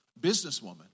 businesswoman